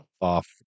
off